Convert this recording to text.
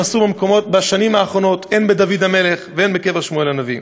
עשו בשנים האחרונות הן בקבר דוד המלך והן בקבר שמואל הנביא.